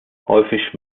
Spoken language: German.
häufig